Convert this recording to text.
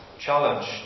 challenge